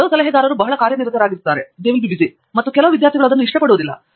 ಕೆಲವು ಸಲಹೆಗಾರರು ಬಹಳ ಕಾರ್ಯನಿರತವಾಗಿರುತ್ತಾರೆ ಮತ್ತು ಕೆಲವು ವಿದ್ಯಾರ್ಥಿಗಳು ಅದನ್ನು ಇಷ್ಟಪಡುವುದಿಲ್ಲ